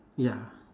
ya